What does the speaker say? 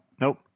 nope